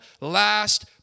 last